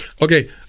Okay